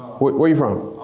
where you from?